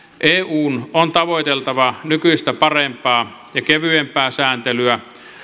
eun on tavoiteltava nykyistä parempaa ja kevyempää sääntelyä